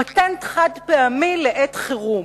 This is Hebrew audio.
פטנט חד-פעמי לעת חירום,